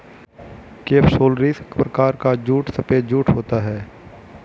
capsularis प्रकार का jute सफेद जूट होता है